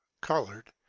colored